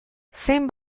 zein